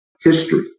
history